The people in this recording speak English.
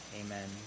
Amen